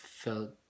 felt